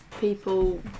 people